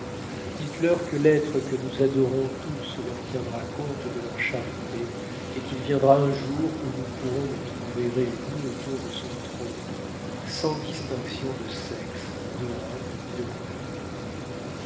dites-leur que l'être que nous adorons tous leur tiendra compte de leur charité et qu'il viendra un jour où nous pourrons nous trouver réunis autour de son trône sans distinction de sexe de rang ni de couleur